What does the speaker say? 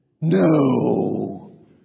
No